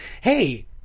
Hey